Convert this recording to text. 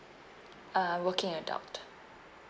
uh working adult